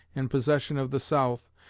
in possession of the south,